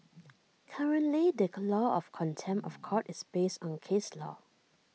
currently the law of contempt of court is based on case law